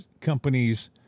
companies